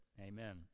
amen